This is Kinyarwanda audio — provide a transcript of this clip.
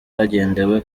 hagendewe